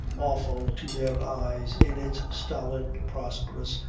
awful to their eyes in its stolid, prosperous,